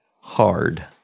hard